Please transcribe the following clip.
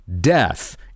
Death